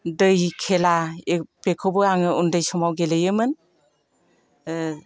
दै खेला बेखौबो आङो उन्दै समाव गेलेयोमोन